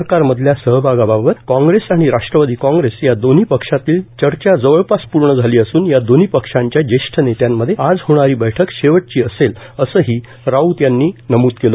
सरकारमधल्या सहभागाबाबत काँग्रेस आणि राष्ट्रवादी काँग्रेस या दोन्ही पक्षातली चर्चा जवळपास पूर्ण झाली असून या दोन्ही पक्षांच्या ज्येष्ठ नेत्यांमध्ये आज होणारी बैठक शेवटची असेल असंही राऊत यांनी नम्द केलं